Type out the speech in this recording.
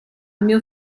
mio